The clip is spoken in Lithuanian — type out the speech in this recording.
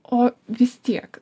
o vis tiek